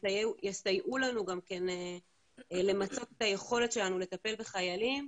שיסייעו לנו גם כן למצות את היכולת שלנו לטפל בחיילים,